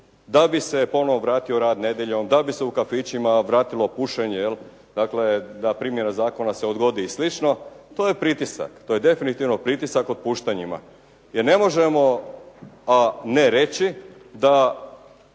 da bi se ponovo vratio rad nedjeljom, da bi se u kafićima vratilo pušenje. Dakle, da primjena zakona se odgodi i slično, to je pritisak, to je definitivno pritisak otpuštanjima jer ne možemo, a ne reći da